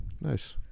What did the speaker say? Nice